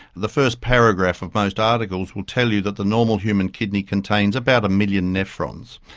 the first paragraph of most articles will tell you that the normal human kidney contains about a million nephrons.